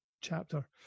chapter